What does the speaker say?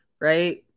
right